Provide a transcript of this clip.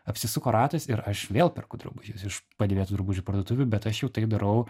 apsisuko ratas ir aš vėl perku drabužius iš padėvėtų drabužių parduotuvių bet aš jau tai darau